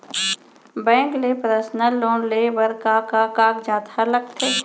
Bank ले personal loan लेये बर का का कागजात ह लगथे?